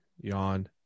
Yawn